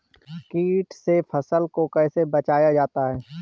कीट से फसल को कैसे बचाया जाता हैं?